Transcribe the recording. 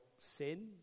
sin